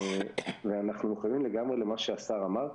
אנחנו מחויבים לגמרי למה שהשר אמר,